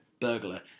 burglar